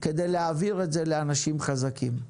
כדי להעביר אותו לאנשים חזקים.